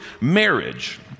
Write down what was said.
marriage